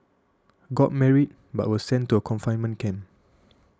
got married but was sent to a confinement camp